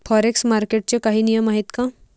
Forex मार्केटचे काही नियम आहेत का?